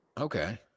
Okay